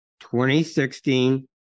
2016